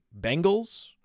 Bengals